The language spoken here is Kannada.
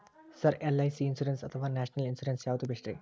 ಸರ್ ಎಲ್.ಐ.ಸಿ ಇನ್ಶೂರೆನ್ಸ್ ಅಥವಾ ನ್ಯಾಷನಲ್ ಇನ್ಶೂರೆನ್ಸ್ ಯಾವುದು ಬೆಸ್ಟ್ರಿ?